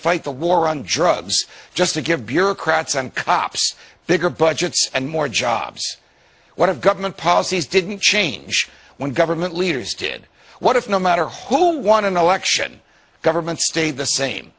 fight the war on drugs just to give bureaucrats and cops bigger budgets and more jobs what have government policies didn't change when government leaders did what if no matter who won an election government stayed the same